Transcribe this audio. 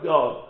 God